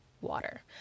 water